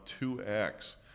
2X